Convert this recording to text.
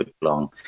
long